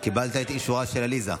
קיבלת את אישורה של עליזה.